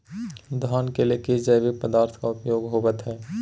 धान के लिए किस जैविक पदार्थ का उपयोग होवत है?